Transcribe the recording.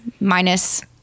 minus